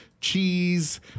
cheese